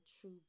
true